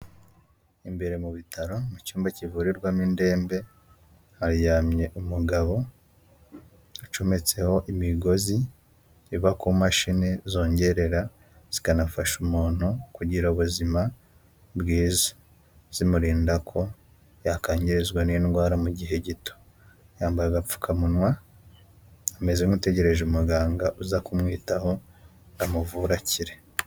Imbere mu bitaro mu cyumba kivurirwamo indembe haryamye umugabo ucometseho imigozi iba ku mashini zongerera zikanafasha umuntu kugira ubuzima bwiza zimurinda ko yakangirizwa n'indwara mu gihe gito, yambaye agapfukamunwa ameze nk'utegereje umuganga uza kumwitaho amuvurakire.